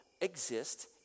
exist